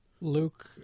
Luke